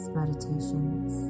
meditations